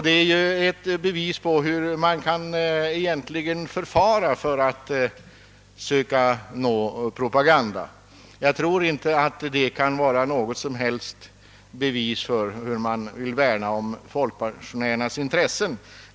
Detta är ett bevis på hur man inte skall förfara för att söka göra propaganda, och jag tror inte att det kan anses som ett lämpligt sätt att värna om folkpensionärernas intressen.